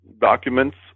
documents